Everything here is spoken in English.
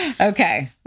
Okay